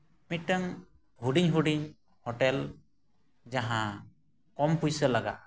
ᱢᱤᱫᱴᱟᱝ ᱦᱩᱰᱤᱧ ᱦᱩᱰᱤᱧ ᱦᱳᱴᱮᱞ ᱡᱟᱦᱟᱸ ᱠᱚᱢ ᱯᱩᱭᱥᱟᱹ ᱞᱟᱜᱟᱜᱼᱟ